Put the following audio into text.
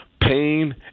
pain